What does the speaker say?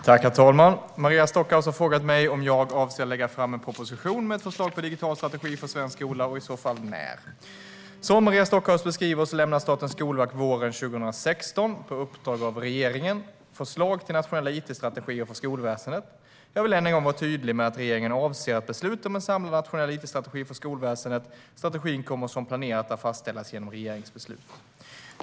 Herr talman! Maria Stockhaus har frågat mig om jag avser att lägga fram en proposition med ett förslag på digital strategi för svensk skola och i så fall när. Som Maria Stockhaus beskriver lämnade Statens skolverk våren 2016, på uppdrag av regeringen, förslag till nationella it-strategier för skolväsendet. Jag vill än en gång vara tydlig med att regeringen avser att besluta om en samlad nationell it-strategi för skolväsendet. Strategin kommer som planerat att fastställas genom regeringsbeslut.